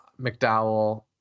McDowell